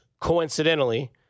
coincidentally